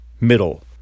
middle